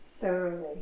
thoroughly